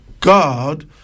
God